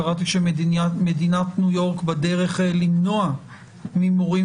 קראתי שמדינת ניו יורק בדרך למנוע ממורים